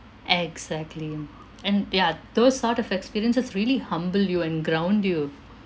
exactly and ya those sort of experiences really humble you and ground you